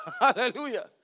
Hallelujah